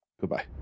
Goodbye